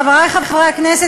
חברי הכנסת,